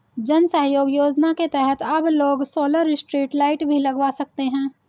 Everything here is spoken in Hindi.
जन सहयोग योजना के तहत अब लोग सोलर स्ट्रीट लाइट भी लगवा सकते हैं